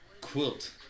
quilt